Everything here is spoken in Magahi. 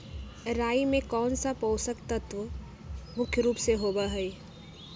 राई में कौन सा पौषक तत्व मुख्य रुप से होबा हई?